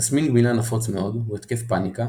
תסמין גמילה נפוץ מאוד הוא התקף פאניקה